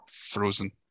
frozen